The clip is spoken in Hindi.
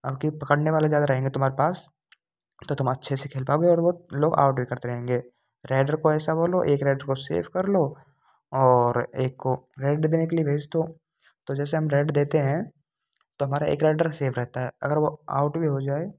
अगर पकड़ने वाले ज़्यादा रहेंगे तुम्हारे पास तो तुम अच्छे से खेल पाओगे और लोग और डर करते रहेंगे रेडर को ऐसा बोलो एक रेडर को सेफ कर लो और एक को रेड देने के लिए भेज द तो अगर हम रेड देते हैं तो हमारा एक रेडर सेफ रहता है अगर वो आउट भी हो जाए